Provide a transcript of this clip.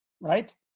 right